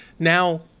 Now